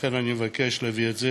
לכן אני מבקש להביא את זה